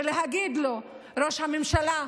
ולהגיד לו: ראש הממשלה,